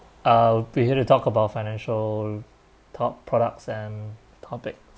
uh we're here to talk about financial top products and topics